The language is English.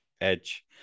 Edge